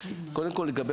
מאיר כהן,